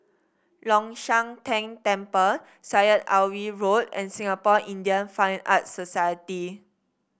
Long Shan Tang Temple Syed Alwi Road and Singapore Indian Fine Arts Society